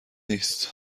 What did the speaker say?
نیست